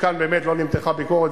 אומנם כאן באמת לא נמתחה ביקורת,